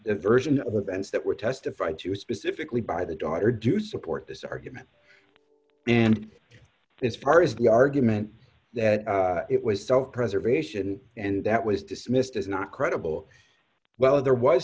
the version of events that were testified to specifically by the daughter do support this argument and as far as the argument that it was self preservation and that was dismissed as not credible well ther